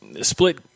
split